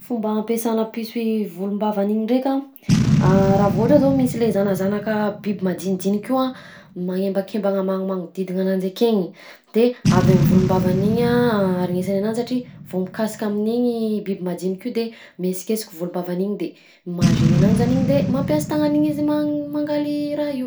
Fomba ampiasanà piso i volom-bavany igny ndraika: raha vao ohatra zao misy le zanazanakà biby madinidinika io a magnembakembagna magnomagnodidina ananjy akeny de avy amy volom-bavany igny a aregnesany ananjy satria vao mikasika amin'igny biby madinika io de miesikesika volom-bavany igny de maha-géné ananjy zany igny de mampiasa tagnany igny man- mangala i raha io.